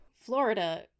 Florida